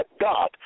God